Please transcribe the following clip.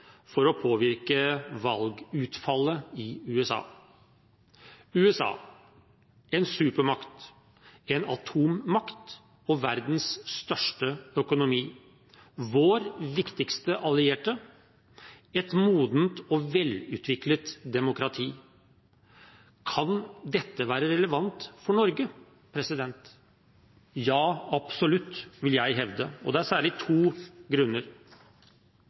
for å påvirke valgutfallet i USA – USA: en supermakt, en atommakt, verdens største økonomi, vår viktigste allierte og et modent og velutviklet demokrati. Kan dette være relevant for Norge? Ja, absolutt, vil jeg hevde. Det er særlig to grunner